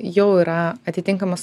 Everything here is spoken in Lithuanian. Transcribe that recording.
jau yra atitinkamas